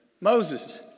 Moses